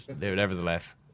nevertheless